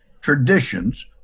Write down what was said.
traditions—